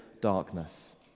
darkness